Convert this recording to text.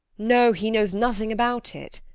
no he knows nothing about it.